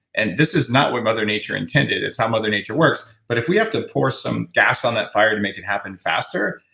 and this is not what mother nature intended. it's not how mother nature works but if we have to pour some gas on that fire to make it happen faster,